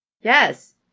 Yes